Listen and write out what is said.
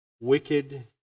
wicked